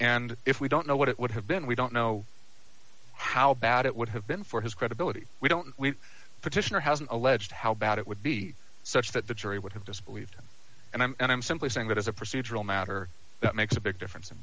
and if we don't know what it would have been we don't know how bad it would have been for his credibility we don't we petitioner hasn't alleged how bad it would be such that the jury would have disbelieved and i'm and i'm simply saying that as a procedural matter that makes a big difference in